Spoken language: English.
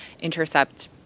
intercept